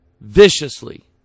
viciously